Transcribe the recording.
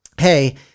hey